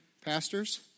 pastors